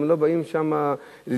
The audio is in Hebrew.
והם לא באים לשם להיקבר.